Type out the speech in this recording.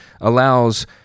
allows